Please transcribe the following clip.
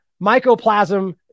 Mycoplasma